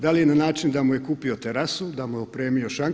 Da li je na način da mu je kupio terasu, da mu je opremio šank?